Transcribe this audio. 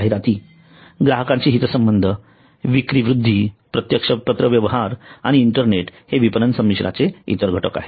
जाहिरात ग्राहकांशी हितसंबंध विक्री वृद्धी प्रत्यक्ष पत्रव्यवहार आणि इंटरनेट हे विपणन संमिश्राचे इतर घटक आहेत